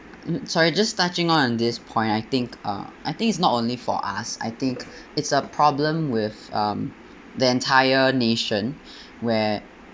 mm sorry just touching more this point I think uh I think it's not only for us I think it's a problem with um the entire nation when